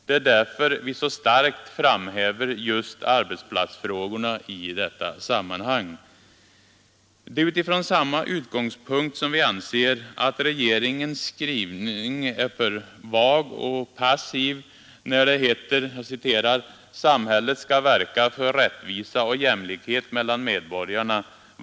Det är därför vi så starkt framhäver just arbetsplatsfrågorna i detta sammanhang. Det är utifrån samma utgångspunkt som vi anser att regeringens skrivning är alltför vag och passiv när det heter: ”Samhället skall verka för rättvisa och jämlikhet mellan medborgarna.